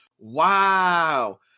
wow